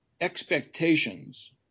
expectations